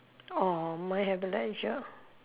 orh mine have leisure